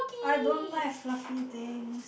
I don't like fluffy things